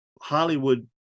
Hollywood